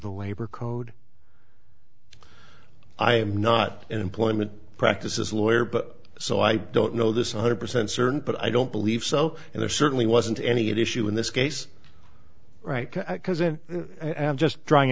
the labor code i am not an employment practices lawyer but so i don't know this one hundred percent certain but i don't believe so and there certainly wasn't any issue in this case right because it just drawing